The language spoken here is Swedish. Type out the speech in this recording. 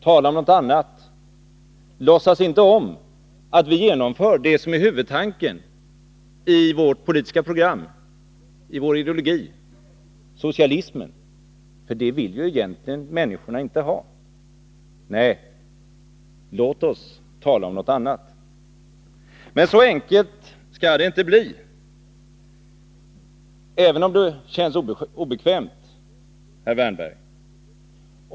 Tala om något annat, inte låtsas om att vi genomför det som är huvudtanken i vårt politiska program, i vår ideologi — nämligen socialismen, för en sådan vill ju människorna egentligen inte ha. Nej, låt oss tala om något annat! Men så enkelt skall det inte bli, även om det annars känns obekvämt, Erik Wärnberg!